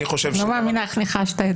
אני לא מאמינה, איך ניחשת?